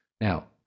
Now